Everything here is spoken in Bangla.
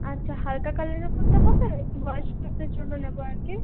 আচ্ছা হালকা কালারের মধ্যে হবে একটু বয়স্কদের জন্য নেবো আর কি